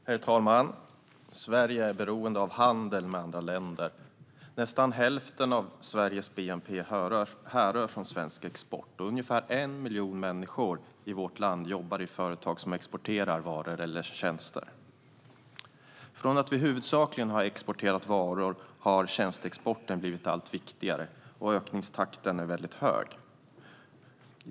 Herr talman! Sverige är beroende av handel med andra länder. Nästan hälften av Sveriges bnp härrör från svensk export. Ungefär 1 miljon människor i vårt land jobbar i företag som exporterar varor eller tjänster. Från att vi huvudsakligen har exporterat varor har tjänsteexporten blivit allt viktigare, och ökningstakten är mycket hög.